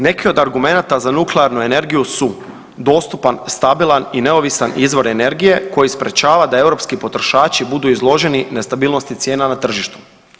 Neke od argumenata za nuklearnu energiju su dostupan, stabilan i neovisan izvor energije koji sprečava da europski potrošači budu izloženi nestabilnosti cijena na tržištu.